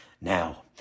Now